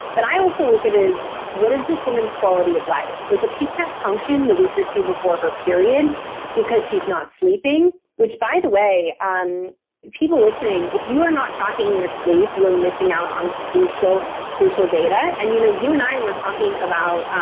but i also look at is what does this woman's quality of life? like if she can't function the week or two before her period because she's not sleeping, which by the way, people listening, if you are not tracking your sleep, you are missing out on crucial crucial data. and you know you and i were talking about.